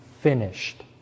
finished